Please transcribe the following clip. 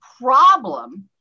problem